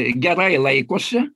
gerai laikosi